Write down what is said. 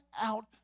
out